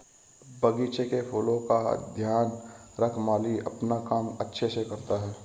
बगीचे के फूलों का ध्यान रख माली अपना काम अच्छे से करता है